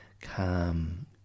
calm